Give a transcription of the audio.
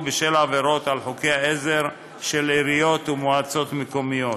בשל עבירות על חוקי עזר של עיריות ומועצות מקומיות.